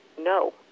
no